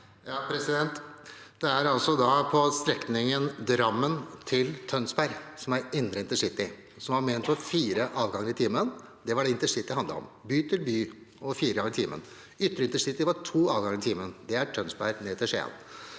Stordalen (FrP) Strekningen Drammen–Tønsberg, som er indre intercity, var ment for fire avganger i timen. Det var det intercity handlet om – by til by og fire ganger i timen. Ytre intercity var to avganger i timen. Det er Tønsberg ned til Skien.